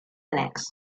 annex